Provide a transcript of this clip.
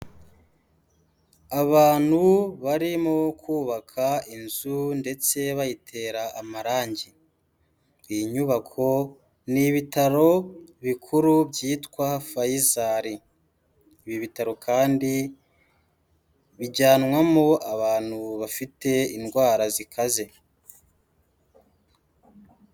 Abantu barimo kubaka inzu ndetse bayitera amarangi. Iyi nyubako nI ibitaro bikuru byitwa Faisal, ibi bitaro kandi bijyanwamo abantu bafite indwara zikaze.